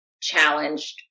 challenged